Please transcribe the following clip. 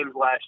last